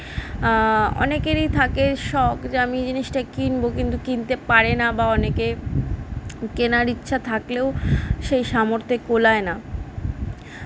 অনেকেরই থাকে শখ যে আমি জিনিসটা কিনবো কিন্তু কিনতে পারে না বা অনেকে কেনার ইচ্ছা থাকলেও সেই সামর্থ্যে কুলায় না